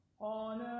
on